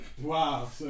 Wow